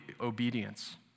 obedience